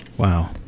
Wow